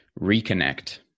reconnect